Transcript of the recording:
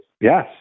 Yes